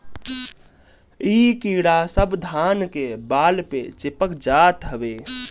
इ कीड़ा सब धान के बाल पे चिपक जात हवे